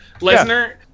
Lesnar